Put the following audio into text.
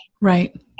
Right